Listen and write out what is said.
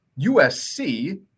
USC